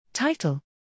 Title